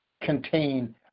contain